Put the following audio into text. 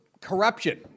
corruption